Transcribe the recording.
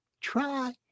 Try